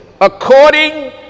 according